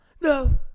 No